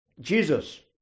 Jesus